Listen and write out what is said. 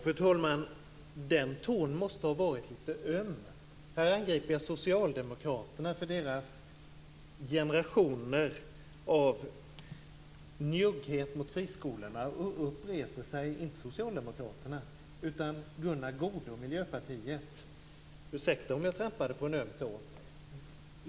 Fru talman! Den tån måste ha varit litet öm. Här angriper jag Socialdemokraterna för generationer av njugghet mot friskolorna. Upp reser sig inte en socialdemokrat utan Gunnar Goude för Miljöpartiet. Ursäkta om jag trampade på en öm tå!